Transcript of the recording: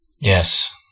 Yes